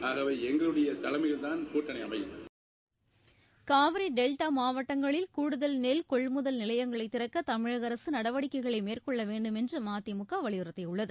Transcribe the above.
ஆகவே எங்களுடைய தலைமையில்தான் கூட்டணி அமையும் காவிரி டெல்டா மாவட்டங்களில் கூடுதல் நெல் கொள்முதல் நிலையங்களை திறக்க தமிழக அரசு நடவடிக்கைகளை மேற்கொள்ள வேண்டும் என்று மதிமுக வலியுறுத்தியுள்ளது